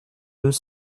deux